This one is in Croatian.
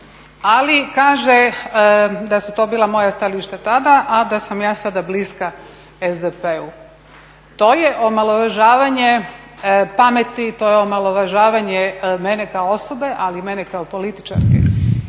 ali kaže da su to bila moja stajališta tada, a da sam ja sada bliska SDP-u. To je omalovažavanje pameti, to je omalovažavanje mene kao osobe, ali i mene kao političarke